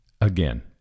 Again